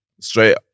straight